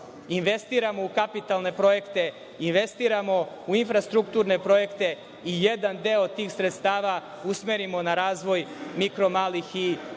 investiramo u kapitalne projekte, investiramo u infrastrukturne projekte i jedan deo tih sredstava usmerimo na razvoj mikro malih i srednjih